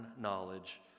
knowledge